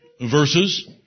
verses